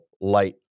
light